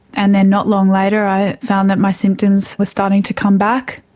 and then not long later i found that my symptoms were starting to come back.